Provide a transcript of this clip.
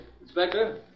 Inspector